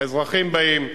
האזרחים באים.